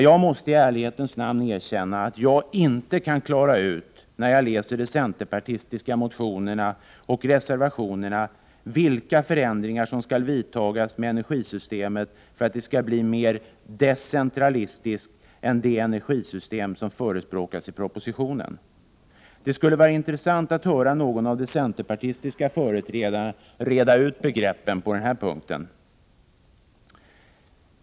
Jag måste i ärlighetens namn erkänna att jag inte — när jag läser de centerpartistiska motionerna och reservationerna — kan klara ut vilka ändringar som skall vidtas med energisystemet för att det skall bli mer ”decentralistiskt” än det energisystem som förespråkas i propositionen. Det skulle vara intressant att höra någon av de centerpartistiska företrädarna reda ut begreppen på den här punkten.